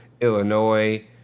illinois